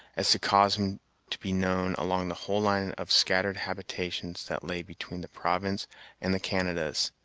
as to cause him to be known along the whole line of scattered habitations that lay between the province and the canadas.